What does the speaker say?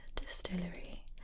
Distillery